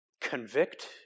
convict